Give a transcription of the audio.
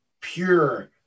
pure